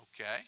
Okay